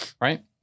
right